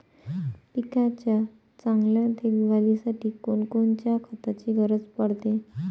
पिकाच्या चांगल्या देखभालीसाठी कोनकोनच्या खताची गरज पडते?